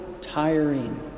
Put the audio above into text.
tiring